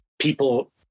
people